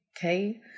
Okay